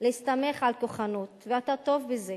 להסתמך על כוחנות, ואתה טוב בזה,